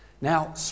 Now